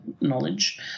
knowledge